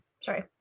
sorry